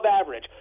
average